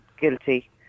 guilty